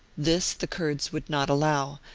this the kurds would not allow,